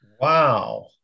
Wow